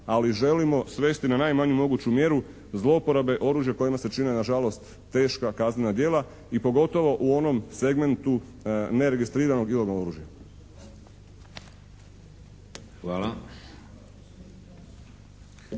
ali želimo svesti na najmanju moguću mjeru zlouporabe oružja kojima se čine nažalost teška kaznena djela i pogotovo u onom segmentu neregistriranog ilegalnog oružja.